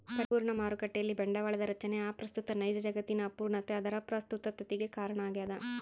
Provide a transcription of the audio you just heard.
ಪರಿಪೂರ್ಣ ಮಾರುಕಟ್ಟೆಯಲ್ಲಿ ಬಂಡವಾಳದ ರಚನೆ ಅಪ್ರಸ್ತುತ ನೈಜ ಜಗತ್ತಿನ ಅಪೂರ್ಣತೆ ಅದರ ಪ್ರಸ್ತುತತಿಗೆ ಕಾರಣ ಆಗ್ಯದ